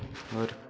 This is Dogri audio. होर